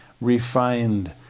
refined